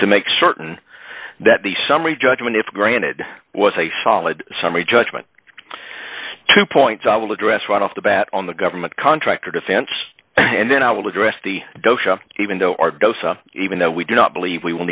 to make certain that the summary judgment if granted was a solid summary judgment two points i will address right off the bat on the government contractor defense and then i will address the dosha even though our dosa even though we do not believe we will